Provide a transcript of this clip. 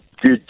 good